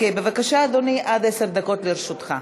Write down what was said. בבקשה, אדוני, עד עשר דקות לרשותך.